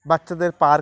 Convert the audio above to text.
বাচ্চাদের পার্ক